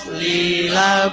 lila